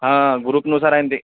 हा गुरुपनुसार आहे ना ते